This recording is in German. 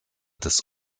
des